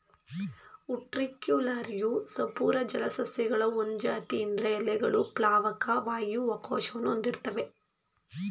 ಉಟ್ರಿಕ್ಯುಲಾರಿಯವು ಸಪೂರ ಜಲಸಸ್ಯಗಳ ಒಂದ್ ಜಾತಿ ಇದ್ರ ಎಲೆಗಳು ಪ್ಲಾವಕ ವಾಯು ಕೋಶವನ್ನು ಹೊಂದಿರ್ತ್ತವೆ